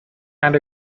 and